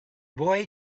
boy